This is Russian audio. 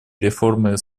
реформы